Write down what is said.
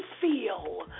feel